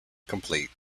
complete